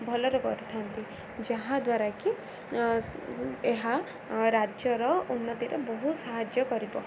ଭଲରେ କରିଥାନ୍ତି ଯାହାଦ୍ୱାରାକି ଏହା ରାଜ୍ୟର ଉନ୍ନତିରେ ବହୁ ସାହାଯ୍ୟ କରିବ